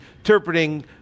interpreting